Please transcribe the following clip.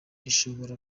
ishobora